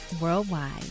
Worldwide